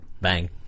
Bang